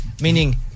Meaning